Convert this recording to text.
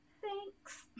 Thanks